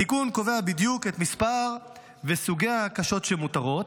התיקון קובע בדיוק את מספר וסוגי ההקשות שמותרות,